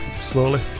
slowly